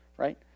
right